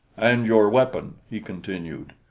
and your weapon! he continued.